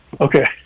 Okay